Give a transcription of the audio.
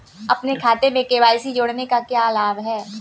अपने खाते में के.वाई.सी जोड़ने का क्या लाभ है?